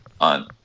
on